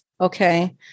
Okay